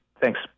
thanks